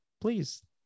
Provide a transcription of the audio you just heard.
please